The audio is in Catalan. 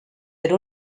per